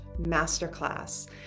masterclass